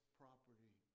property